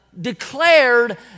declared